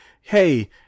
hey